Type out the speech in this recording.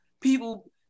People